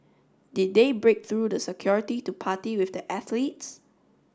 did they break through the security to party with the athletes